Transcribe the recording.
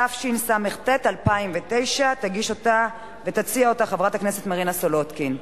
התשס"ט 2009. תגיש אותה ותציע אותה חברת הכנסת מרינה סולודקין.